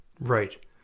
right